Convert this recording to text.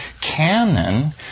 canon